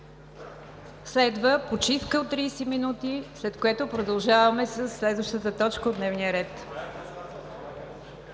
Следва почивка от 30 минути, след което продължаваме със следващата точка от дневния ред.